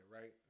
right